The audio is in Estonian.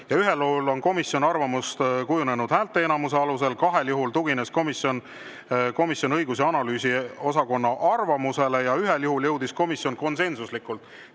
Ühel juhul on komisjoni arvamus kujunenud häälteenamuse alusel, kahel juhul tugines komisjon õigus‑ ja analüüsiosakonna arvamusele ja ühel juhul jõudis komisjon konsensuslikult